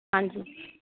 ਹਾਂਜੀ